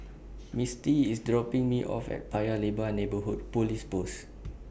Misty IS dropping Me off At Paya Lebar Neighbourhood Police Post